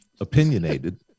opinionated